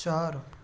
چار